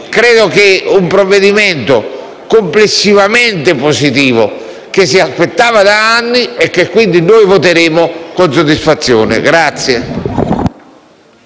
esame sia un provvedimento complessivamente positivo, che si aspettava da anni, e che quindi voteremo con soddisfazione.